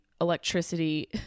electricity